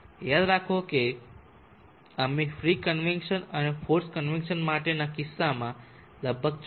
યાદ રાખો કે અમે ફ્રી કન્વેક્શન અને ફોર્સ્ડ કન્વેક્સન માટેના કિસ્સામાં લગભગ 14